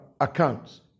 accounts